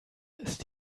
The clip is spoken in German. ist